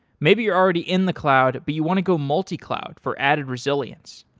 maybe you're already in the cloud, but you want to go multi-cloud for added resilience.